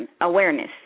awareness